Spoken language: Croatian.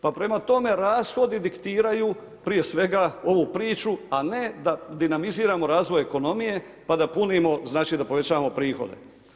Pa prema tome, rashodi diktiraju prije svega ov priči a ne da dinamiziramo razvoj ekonomije pa da punimo, znači da povećavamo prihod.